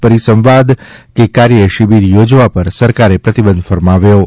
પરિસંવાદ કે કાર્યશિબિર યોજવા પર સરકારે પ્રતિબંધ ફરમાવ્યો છે